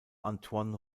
antoine